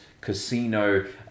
casino